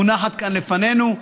תהיה מונחת כאן לפנינו.